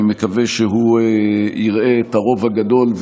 אני מקווה שהוא יראה את הרוב הגדול,